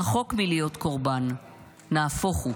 רחוק מלהיות קורבן, נהפוך הוא.